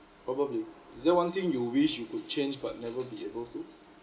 probably is there one thing you wish you could change but never be able to